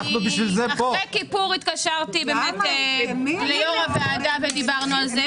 אחרי יום כיפור התקשרתי ליושב ראש הוועדה ודיברנו על זה.